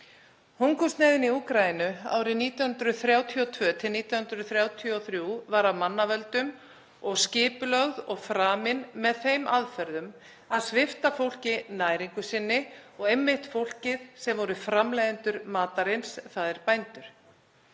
Hungursneyðin í Úkraínu árin 1932–1933 var af mannavöldum og skipulögð og framin með þeim aðferðum að svipta fólk næringu sinni og einmitt fólk sem var framleiðendur matarins, þ.e. bændur.